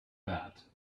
that